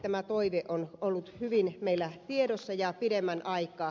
tämä toive on ollut hyvin meillä tiedossa ja pidemmän aikaa